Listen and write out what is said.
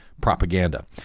propaganda